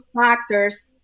factors